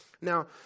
now